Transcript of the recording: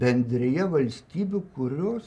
bendrija valstybių kurios